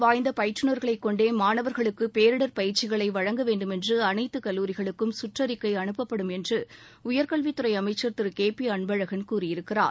வாய்ந்தபயிற்றுநர்களைக் கொண்டேமாணவர்களுக்குபேரிடர் பயிற்சிகளைவழங்க அனுபவம் வேண்டுமென்றுஅனைத்துகல்லூரிகளுக்கும் கற்றறிக்கைஅனுப்பப்படும் என்றுஉயர்கல்வித்துறைஅமைச்சர் திரு கேபிஅன்பழகன் கூறியிருக்கிறார்